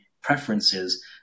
preferences